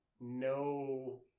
no